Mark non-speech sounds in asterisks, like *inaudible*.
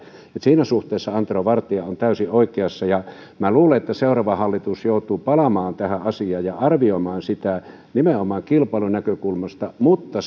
joten siinä suhteessa antero vartia on täysin oikeassa ja minä luulen että seuraava hallitus joutuu palaamaan tähän asiaan ja arvioimaan sitä nimenomaan kilpailunäkökulmasta mutta *unintelligible*